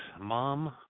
Mom